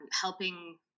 helping